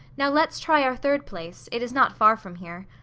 now let's try our third place it is not far from here.